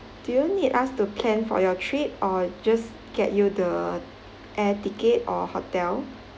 do you need us to plan for your trip or just get you the air ticket or hotel